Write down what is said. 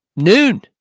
Noon